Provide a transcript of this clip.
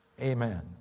amen